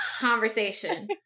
conversation